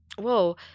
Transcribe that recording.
Whoa